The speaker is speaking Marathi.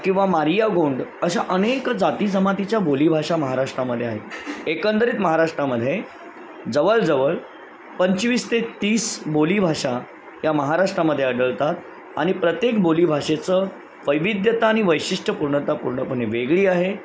किंवा मारिया गोंड अशा अनेक जातीजमातीच्या बोलीभाषा महाराष्ट्रामध्ये आहे एकंदरीत महाराष्ट्रामध्ये जवळजवळ पंचवीस ते तीस बोलीभाषा या महाराष्ट्रामध्ये आढळतात आणि प्रत्येक बोलीभाषेचं वैविध्यता आणि वैशिष्ट्यपूर्णता पूर्णपणे वेगळी आहे